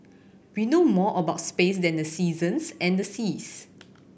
we know more about space than the seasons and the seas